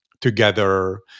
together